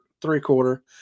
three-quarter